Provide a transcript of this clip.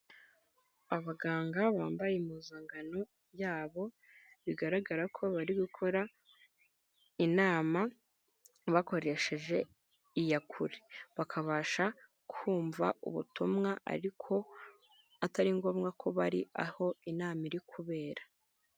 Abaganga bambaye impuzangano yabo bigaragara ko bari gukora inama bakoresheje iyakure, bakabasha kumva ubutumwa ariko atari ngombwa ko bari aho inama iri kubera.